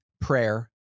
prayer